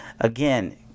again